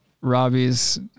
Robbie's